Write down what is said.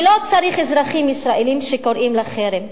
ולא צריך אזרחים ישראלים שקוראים לחרם.